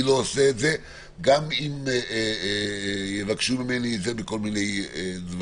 אני לא עושה את זה גם אם יבקשו ממני את זה בכל מיני דברים.